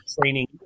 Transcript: training